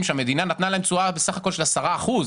שהמדינה נתנה להם תשואה של 10 אחוזים.